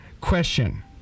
question